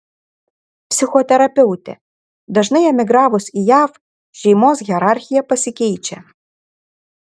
psichoterapeutė dažnai emigravus į jav šeimos hierarchija pasikeičia